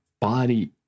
body